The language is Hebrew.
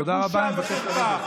תודה רבה, אני מבקש לרדת.